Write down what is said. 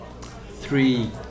three